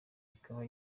ikaba